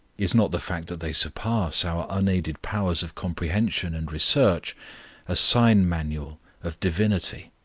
is not the fact that they surpass our unaided powers of comprehension and research a sign-manual of divinity?